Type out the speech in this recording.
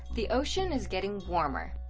the ocean is getting warmer.